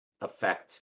affect